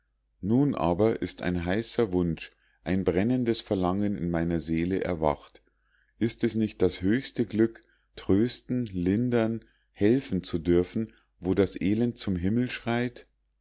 nun aber ist ein heißer wunsch ein brennendes verlangen in meiner seele erwacht ist es nicht das höchste glück trösten lindern helfen zu dürfen wo das elend zum himmel schreit